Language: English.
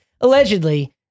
Allegedly